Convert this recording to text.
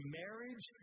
marriage